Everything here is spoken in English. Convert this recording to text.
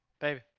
baby